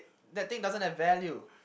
that thing doesn't have value